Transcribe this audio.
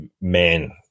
man